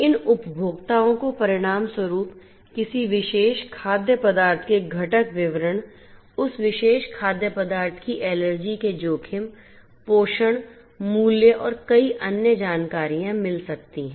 इन उपभोक्ताओं को परिणामस्वरूप किसी विशेष खाद्य पदार्थ के घटक विवरण उस विशेष खाद्य पदार्थ की एलर्जी के जोखिम पोषण मूल्य और कई अन्य जानकारियां मिल सकती है